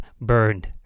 burned